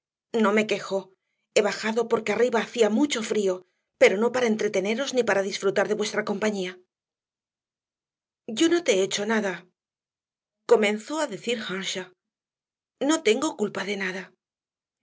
no me quejo he bajado porque arriba hacía mucho frío pero no para entreteneros ni para disfrutar de vuestra compañía yo no te he hecho nada comenzó a decir earnshaw no tengo culpa de nada